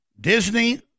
disney